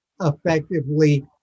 effectively